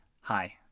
Hi